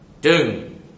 doom